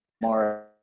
more